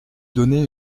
donner